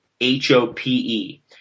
H-O-P-E